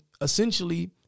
essentially